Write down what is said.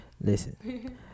Listen